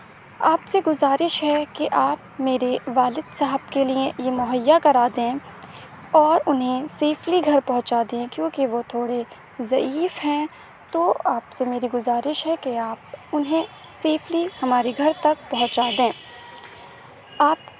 آپ سے گزارش ہے کہ آپ میرے والد صاحب کے لیے یہ مہیا کرا دیں اور انہیں سیفلی گھر پہنچا دیں کیوںکہ وہ تھوڑے ضعیف ہیں تو آپ سے میری گزارش ہے کہ آپ انہیں سیفلی ہمارے گھر تک پہنچا دیں آپ